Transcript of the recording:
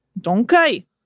Donkey